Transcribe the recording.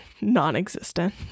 non-existent